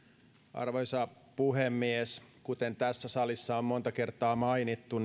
arvoisa puhemies kuten tässä salissa on monta kertaa mainittu